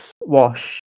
wash